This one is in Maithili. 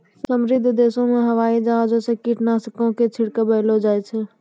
समृद्ध देशो मे हवाई जहाजो से कीटनाशको के छिड़कबैलो जाय छै